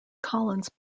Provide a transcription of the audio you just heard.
collins